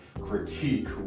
critique